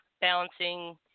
balancing